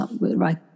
right